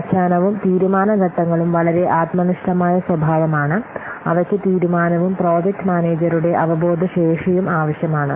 വ്യാഖ്യാനവും തീരുമാന ഘട്ടങ്ങളും വളരെ ആത്മനിഷ്ഠമായ സ്വഭാവമാണ് അവയ്ക്ക് തീരുമാനവും പ്രോജക്റ്റ് മാനേജരുടെ അവബോധ ശേഷിയും ആവശ്യമാണ്